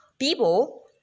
people